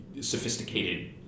sophisticated